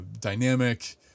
dynamic